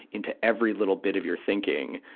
into every little bit of your thinking.